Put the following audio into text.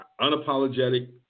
unapologetic